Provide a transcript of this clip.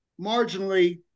marginally